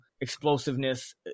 explosiveness